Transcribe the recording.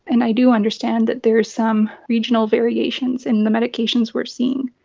and i do understand that there is some regional variations in the medications we are seeing.